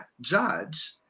judge